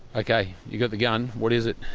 okay, you've got the gun, what is it?